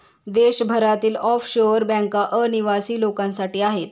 देशभरातील ऑफशोअर बँका अनिवासी लोकांसाठी आहेत